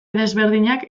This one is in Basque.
desberdinak